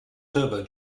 turbo